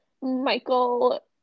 Michael